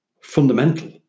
Fundamental